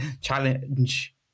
challenge